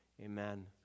Amen